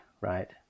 right